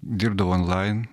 dirbdavau onlain